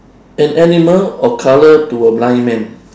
an animal or colour to a blind man